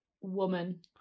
woman